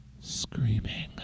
screaming